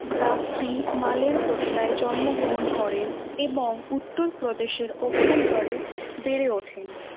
জাফরি মালেরকোটলায় জন্মগ্রহণ করেন এবং উত্তরপ্রদেশের অভ্যন্তরে বেড়ে ওঠেন